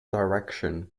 direction